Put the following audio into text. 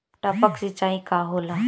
टपक सिंचाई का होला?